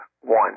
one